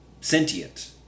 sentient